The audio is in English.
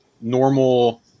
normal